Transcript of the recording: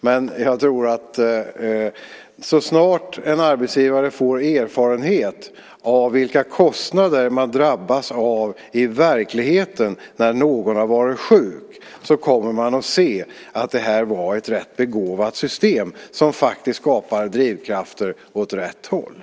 Men så snart en arbetsgivare får erfarenhet av vilka kostnader man drabbas av i verkligheten när någon har varit sjuk kommer man att se att det var ett rätt begåvat system som faktiskt skapar drivkrafter åt rätt håll.